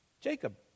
Jacob